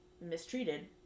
mistreated